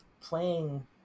playing